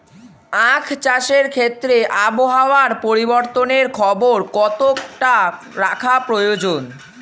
আখ চাষের ক্ষেত্রে আবহাওয়ার পরিবর্তনের খবর কতটা রাখা প্রয়োজন?